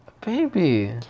Baby